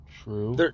True